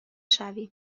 شوی